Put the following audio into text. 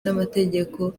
n’amategeko